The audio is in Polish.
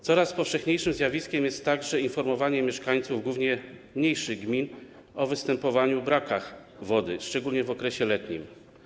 Coraz powszechniejszym zjawiskiem jest także informowanie mieszkańców, głównie mniejszych gmin, o występowaniu braków wody, szczególnie w okresie letnim.